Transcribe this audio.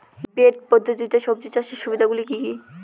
Bed পদ্ধতিতে সবজি চাষের সুবিধাগুলি কি কি?